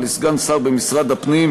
לסגן שר במשרד הפנים,